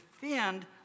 defend